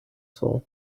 soul